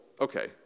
okay